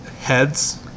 heads